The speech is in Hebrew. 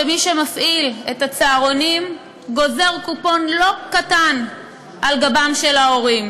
מי שמפעיל את הצהרונים גוזר קופון לא קטן על גבם של ההורים.